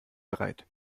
bereit